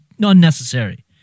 unnecessary